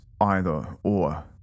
either-or